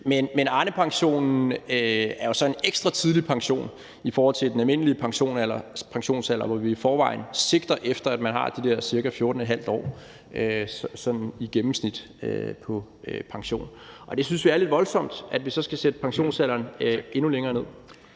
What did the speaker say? Men Arnepensionen er jo så en ekstra tidlig pension i forhold til den almindelige pensionsalder, hvor vi i forvejen sigter efter, at man har de der ca. 14½ år i gennemsnit på pension. Og vi synes, det er lidt voldsomt, at vi så skal sætte pensionsalderen endnu længere ned.